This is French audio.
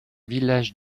village